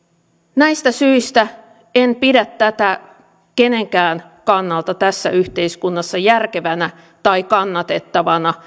näistä syistä en pidä tätä kenenkään kannalta tässä yhteiskunnassa järkevänä tai kannatettavana